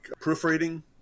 proofreading